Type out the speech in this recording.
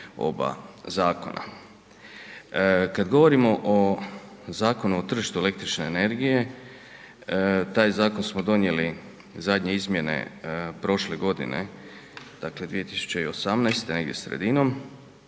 oba zakona. Kad govorimo o Zakonu o tržištu električne energije, taj zakon smo donijeli, zadnje izmjene prošle godine, dakle 2018. negdje sredinom.